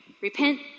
Repent